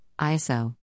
ISO